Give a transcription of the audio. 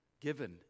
given